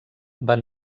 van